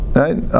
right